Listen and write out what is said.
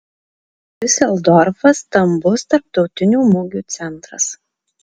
diuseldorfas stambus tarptautinių mugių centras